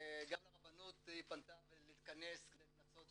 היא פנתה גם לרבנות להתכנס כדי לנסות